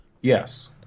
yes